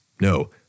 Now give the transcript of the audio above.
No